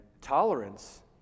tolerance